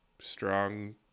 strong